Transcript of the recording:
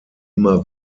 immer